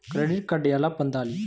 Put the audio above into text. Credit card ఎలా పొందాలి?